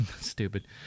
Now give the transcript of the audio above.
Stupid